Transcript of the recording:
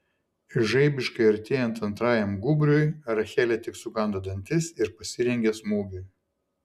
žaibiškai artėjant antrajam gūbriui rachelė tik sukando dantis ir pasirengė smūgiui